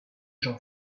j’en